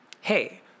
hey